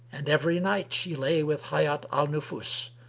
and every night she lay with hayat al-nufus,